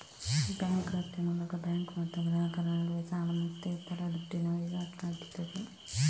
bank ಖಾತೆ ಮೂಲಕ bank ಮತ್ತು ಗ್ರಾಹಕರ ನಡುವೆ ಸಾಲ ಮತ್ತೆ ಇತರ ದುಡ್ಡಿನ ವೈವಾಟು ನಡೀತದೆ